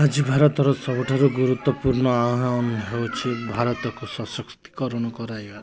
ଆଜି ଭାରତର ସବୁଠାରୁ ଗୁରୁତ୍ୱପୂର୍ଣ୍ଣ ଆହ୍ୱାନ ହେଉଛି ଭାରତକୁ ସଶକ୍ତିକରଣ କରାଇବା